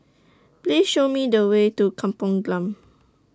Please Show Me The Way to Kampung Glam